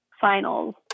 finals